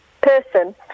person